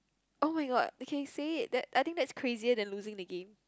[oh]-my-god okay say that I think that's crazier than losing the game